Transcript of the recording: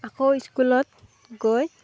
আকৌ স্কুলত গৈ